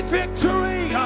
victory